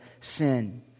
sin